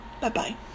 Bye-bye